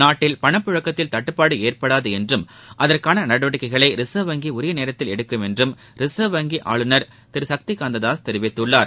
நாட்டில் பணப்புழக்கத்தில் தட்டுப்பாடு ஏற்படாது என்றும் அதற்கான நடவடிக்கைகளை ரிசர்வ் வங்கி உரிய நேரத்தில் எடுக்கும் என்றும் ரிசர்வ் வங்கி ஆளுநர் திரு சக்திகாந்த தாஸ் தெரிவித்துள்ளார்